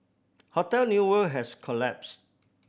hotel New World has collapsed